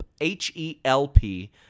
H-E-L-P